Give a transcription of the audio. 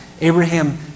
Abraham